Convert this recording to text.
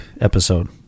episode